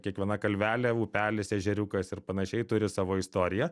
kiekviena kalvelė upelis ežeriukas ir panašiai turi savo istoriją